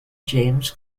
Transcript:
james